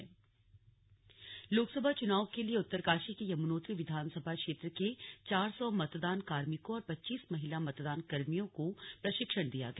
slug चुनाव प्रशिक्षण लोकसभा चुनाव के लिए उत्तरकाशी के यमुनोत्री विधानसभा क्षेत्र के चार सौ मतदान कार्मिकों और पच्चीस महिला मतदान कर्मियों को प्रशिक्षण दिया गया